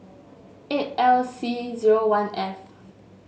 eight L C zero one F